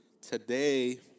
Today